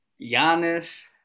Giannis